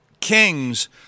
kings